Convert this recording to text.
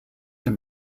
him